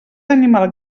animal